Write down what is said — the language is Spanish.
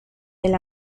del